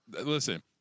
Listen